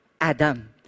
adam